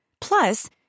Plus